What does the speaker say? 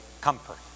comfort